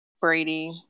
Brady